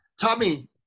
Tommy